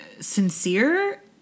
sincere